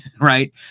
Right